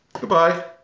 Goodbye